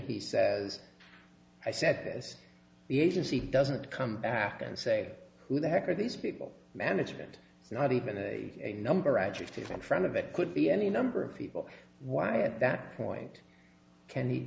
he says i said this the agency doesn't come back and say who the heck are these people management not even a number i drifted in front of it could be any number of people why at that point